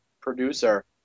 producer